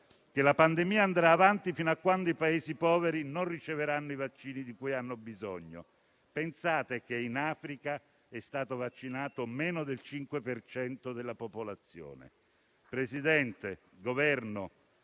che la pandemia andrà avanti fino a quando i Paesi poveri non riceveranno i vaccini di cui hanno bisogno. Pensate che in Africa è stato vaccinato meno del 5 per cento della popolazione. Signor Presidente, membri